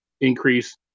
increase